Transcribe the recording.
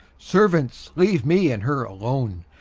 servants, leave me and her alone.